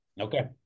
Okay